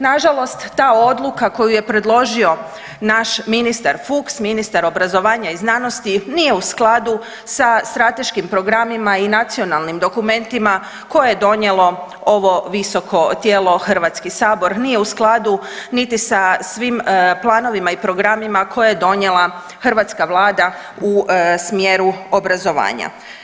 Nažalost ta odluka koju je predložio naš ministar Fuchs, ministar obrazovanja i znanosti nije u skladu sa strateškim programima i nacionalnim dokumentima koje je donijelo ovo visoko tijelo, HS, nije u skladu niti sa svim planovima i programima koje je donijela hrvatska Vlada u smjeru obrazovanja.